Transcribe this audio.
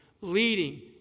leading